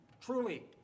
truly